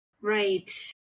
Right